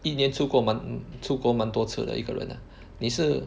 一年出国出国蛮多次的一个人 ah 你是